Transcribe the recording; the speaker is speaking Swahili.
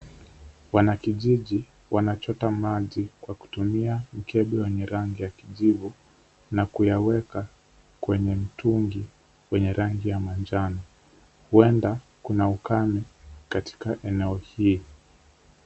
Wanakijiji wanachota maji kwa kutumia mkebe wenye rangi ya kijivu na kuyaweka kwenye mtungi wenye rangi ya manjano. Huenda kuna ukame katika eneo hili.